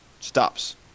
stops